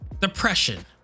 depression